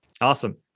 Awesome